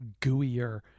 gooier